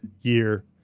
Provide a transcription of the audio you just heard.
year